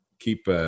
keep